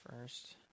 first